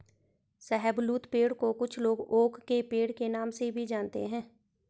शाहबलूत पेड़ को कुछ लोग ओक के पेड़ के नाम से भी जानते है